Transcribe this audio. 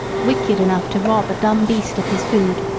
wicked enough to rob a dumb beast of his food.